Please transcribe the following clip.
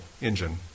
engine